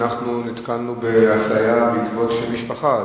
נתקלנו בהפליה בעקבות שם משפחה.